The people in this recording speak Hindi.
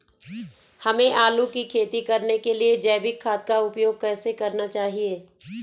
हमें आलू की खेती करने के लिए जैविक खाद का उपयोग कैसे करना चाहिए?